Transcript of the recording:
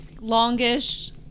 longish